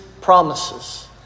promises